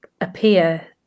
appear